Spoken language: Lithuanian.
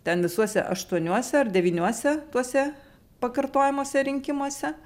ten visuose aštuoniuose ar devyniuose tuose pakartojamuose rinkimuose